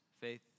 faith